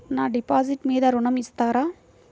నా డిపాజిట్ మీద ఋణం ఇస్తారా?